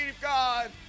God